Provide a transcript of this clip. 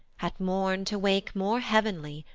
at morn to wake more heav'nly,